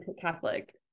Catholic